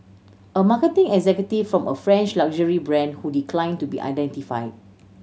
a marketing executive from a French luxury brand who decline to be identify